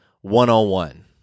one-on-one